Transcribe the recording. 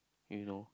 you know